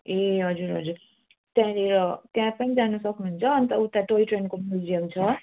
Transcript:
ए हजुर हजुर त्यहाँनिर त्यहाँ पनि जानु सक्नुहुन्छ अन्त उता टोयट्रेनको म्युजियम छ